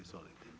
Izvolite.